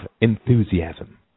enthusiasm